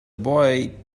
boy